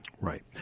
Right